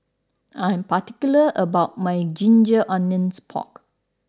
I am particular about my Ginger Onions Pork